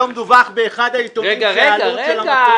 היום דווח באחד העיתונים שהעלות של המטוס --- רגע,